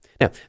Now